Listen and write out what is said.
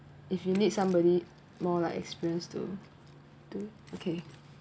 if you need somebody more experienced to to okay